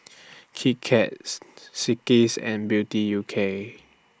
Kit Kat and Beauty U K